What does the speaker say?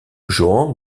johann